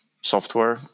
software